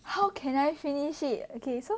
how can I finish it okay so